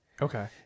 Okay